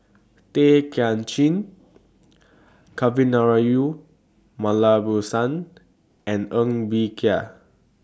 Tay Kay Chin Kavignareru and Ng Bee Kia